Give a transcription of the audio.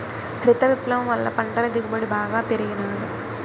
హరిత విప్లవం వల్ల పంటల దిగుబడి బాగా పెరిగినాది